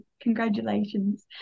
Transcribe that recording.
congratulations